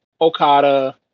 Okada